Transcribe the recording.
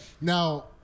now